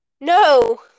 No